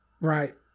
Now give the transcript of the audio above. Right